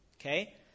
okay